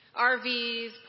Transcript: RVs